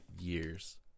years